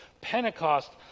Pentecost